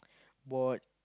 bought